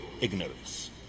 ignorance